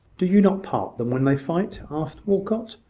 do you not part them when they fight? asked walcot.